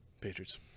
Patriots